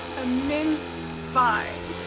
a mince spy.